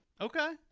Okay